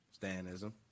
stanism